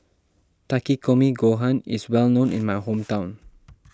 Takikomi Gohan is well known in my hometown